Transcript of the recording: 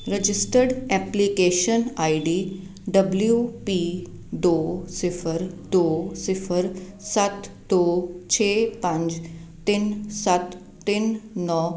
registered application ID W P ਦੋ ਸਿਫ਼ਰ ਦੋ ਸਿਫ਼ਰ ਸੱਤ ਦੋ ਛੇ ਪੰਜ ਤਿੰਨ ਸੱਤ ਤਿੰਨ ਨੌਂ